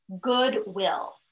goodwill